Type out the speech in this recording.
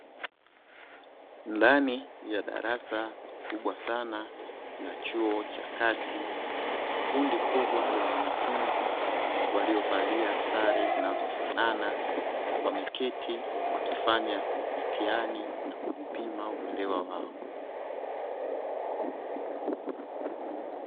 Ndani ya darasa kubwa sana la chuo cha kati kundi kubwa la wanafunzi waliovalia sare zinazofanana, wameketi wakifanya mitihani ya kujipima uelewa wao.